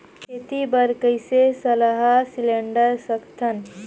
खेती बर कइसे सलाह सिलेंडर सकथन?